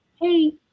hey